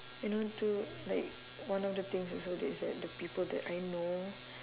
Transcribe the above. and on to like one of the things also that is that the people that I know